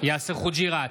יאסר חוג'יראת,